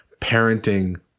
parenting